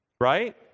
Right